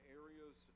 areas